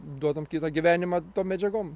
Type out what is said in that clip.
duodam kitą gyvenimą medžiagom